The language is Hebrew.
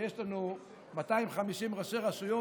ויש לנו 250 ראשי רשויות,